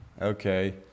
Okay